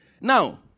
Now